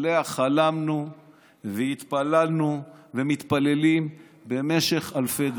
שעליה חלמנו והתפללנו ומתפללים במשך אלפי דורות.